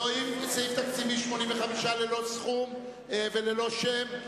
סעיף תקציבי 85 ללא סכום וללא שם,